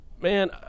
Man